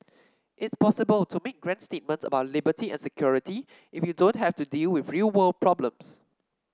it's possible to make grand statements about liberty and security if you don't have to deal with real world problems